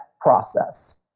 process